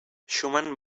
schumann